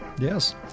Yes